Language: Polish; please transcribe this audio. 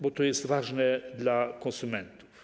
Bo to jest ważne dla konsumentów.